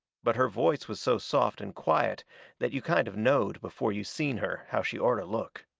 but her voice was so soft and quiet that you kind of knowed before you seen her how she orter look.